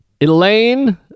Elaine